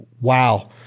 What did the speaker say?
wow